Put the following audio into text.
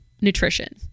nutrition